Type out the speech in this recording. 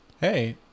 Hey